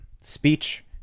speech